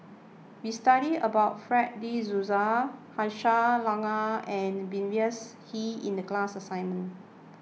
we studied about Fred De Souza Aisyah Lyana and Mavis Hee in the class assignment